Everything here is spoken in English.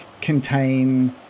contain